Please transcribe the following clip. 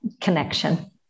connection